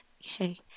Okay